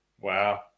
Wow